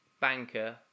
banker